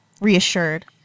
reassured